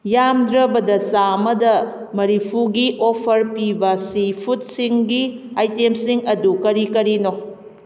ꯌꯥꯝꯗ꯭ꯔꯕꯗ ꯆꯥꯃꯗ ꯃꯔꯤꯐꯨꯒꯤ ꯑꯣꯐꯔ ꯄꯤꯕ ꯁꯤꯐꯨꯗꯁꯤꯡꯒꯤ ꯑꯥꯏꯇꯦꯝꯁꯤꯡ ꯑꯗꯨ ꯀꯔꯤ ꯀꯔꯤꯅꯣ